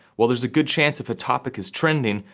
well, there's a good chance, if a topic is trending,